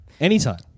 Anytime